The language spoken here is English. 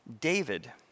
David